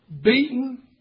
beaten